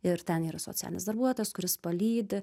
ir ten yra socialinis darbuotojas kuris palydi